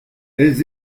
elles